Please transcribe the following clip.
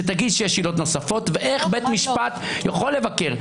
שתגיד שיש עילות נוספות ואיך בית משפט יכול לבקר,